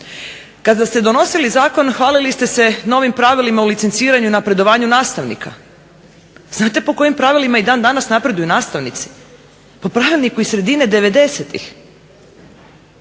Kada ste donosili zakon hvalili ste se novim pravilima o licenciranju i napredovanju nastavnika. Znate po kojim pravilima i dan danas napreduju nastavnici? Po pravilniku iz sredine